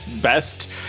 best